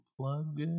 plug